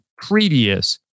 previous